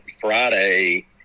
friday